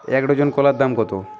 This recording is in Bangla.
এক ডজন কলার দাম কত?